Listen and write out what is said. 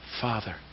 Father